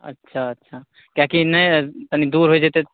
अच्छा अच्छा किएकि नहि तनी दूर होए जतै तऽ